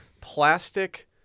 plastic